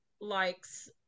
likes